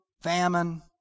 famine